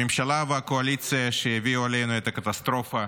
הממשלה והקואליציה, שהביאו עלינו את הקטסטרופה